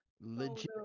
Legit